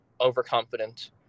overconfident